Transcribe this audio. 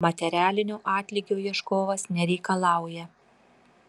materialinio atlygio ieškovas nereikalauja